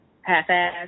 half-assed